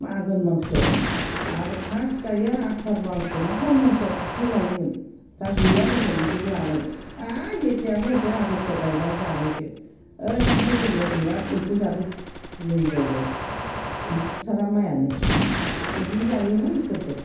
आगन मासोआव आरो फार्स्ट गायो आसार मासो ना हाउन मासोआव आखाइ लायोमोन दा गैया दखन बिदिबो लानाय आ जेसे हागौ एसे आंहा खोथिया गायनानै जानायसो दानिथाय देग्लाय बेराद एम्फौ जादों जोंनि जायगायाव गैथारा माइयानो बिदिनो जायोहाय इसोरफोर